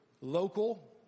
local